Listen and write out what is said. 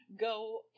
go